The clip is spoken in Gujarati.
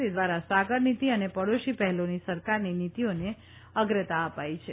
તે દ્વારા સાગર નીતી અને પડોશી પહેલોની સરકારની નિતીઓને અગ્રતા અપાઇ છે